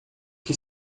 que